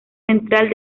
central